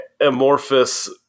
amorphous